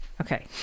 Okay